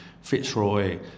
Fitzroy